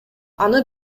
аны